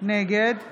נגד